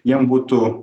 jiem būtų